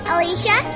Alicia